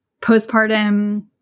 postpartum